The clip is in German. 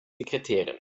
sekretärin